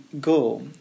go